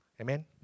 Amen